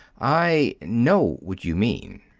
i know what you mean.